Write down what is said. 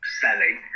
selling